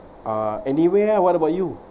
uh anywhere ah what about you